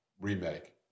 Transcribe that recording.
remake